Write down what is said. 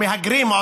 המהגרים,